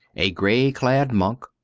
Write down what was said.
a grey-clad monk,